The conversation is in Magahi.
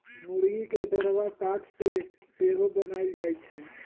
मूर्गी के दरबा काठ से सेहो बनाएल जाए छै